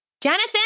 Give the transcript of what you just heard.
Jonathan